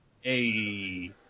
Hey